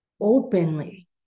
openly